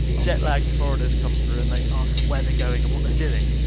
jetlagged foreigners come through and they ask them where they're going, and what they're doing.